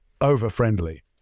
over-friendly